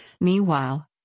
Meanwhile